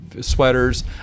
sweaters